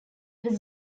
was